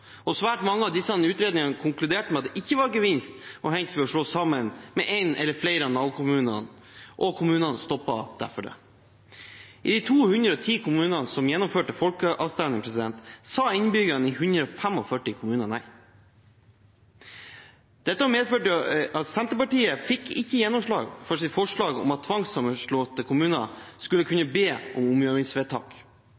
kommunesammenslåinger. Svært mange av disse utredningene konkluderte med at det ikke var gevinst å hente ved å slå seg sammen med en eller flere av nabokommunene. Kommunene stoppet derfor det. Av de 210 kommunene som gjennomførte folkeavstemning, sa innbyggerne i 145 nei. Dette medførte at Senterpartiet ikke fikk gjennomslag for sitt forslag om at tvangssammenslåtte kommuner skulle kunne